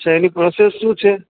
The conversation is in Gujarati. તો એની પ્રોસેસ શું છે